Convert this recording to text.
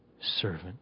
Servant